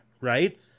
right